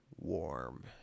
warm